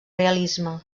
realisme